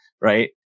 right